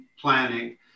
planning